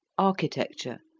architecture,